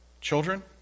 Children